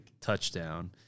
touchdown